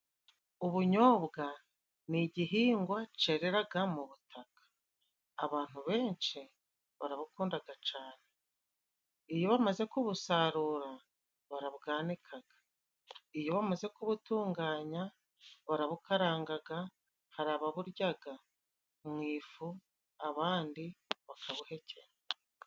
Ubunyobwa ni igihingwa cereraga mu butaka. Abantu benshi barabukundaga cane. Iyo bamaze kubusarura barabwanikaga. Iyo bamaze kubutunganya barabukarangaga, hari ababuryaga mu ifu, abandi bakabuhekenya.